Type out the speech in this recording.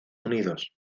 unidos